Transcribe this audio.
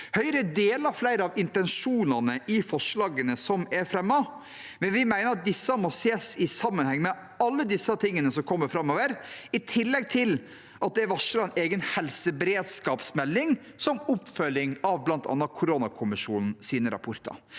Høyre deler flere av intensjonene i forslagene som er fremmet, men vi mener at disse må ses i sammenheng med alle disse tingene som kommer framover, i tillegg til at det er varslet en egen helseberedskapsmelding som oppfølging av bl.a. koronakommisjonens rapporter.